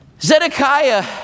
Zedekiah